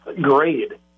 grade